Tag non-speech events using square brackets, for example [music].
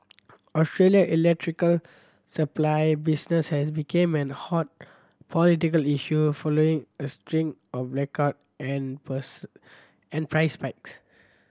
Australia electrical supply business has became an hot political issue following a string of blackout and [unintelligible] and price spikes